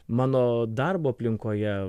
mano darbo aplinkoje